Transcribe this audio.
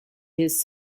his